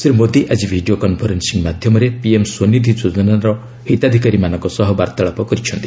ଶ୍ରୀ ମୋଦୀ ଆକି video conferencing ମାଧ୍ୟମରେ PM Svanidhi ଯୋଜନାର ହିତାଧିକାରୀମାନଙ୍କ ସହ ବାର୍ତ୍ତାଳାପ କରିଛନ୍ତି